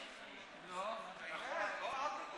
(קוראת בשמות חברי הכנסת) עבדאללה אבו מערוף,